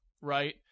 right –